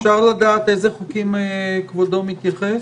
אפשר לדעת איזה חוקים כבודו מתייחס?